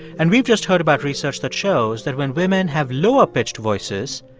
and we've just heard about research that shows that when women have lower pitched voices,